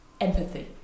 empathy